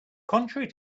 contrary